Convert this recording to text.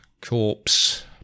Corpse